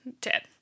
Ted